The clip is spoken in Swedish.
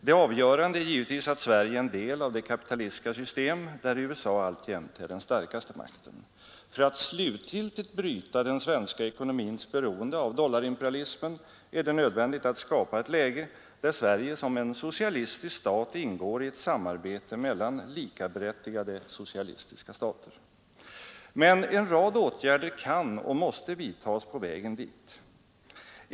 Det avgörande är givetvis att Sverige är en del av det kapitalistiska system där USA alltjämt är den starkaste makten. För att slutgiltigt bryta den svenska ekonomins beroende av dollarimperialismen är det nödvändigt att skapa ett läge där Sverige som en socialistisk stat ingår i ett samarbete mellan likaberättigade socialistiska stater. Men en rad åtgärder kan och måste vidtas på vägen dit.